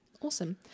Awesome